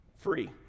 free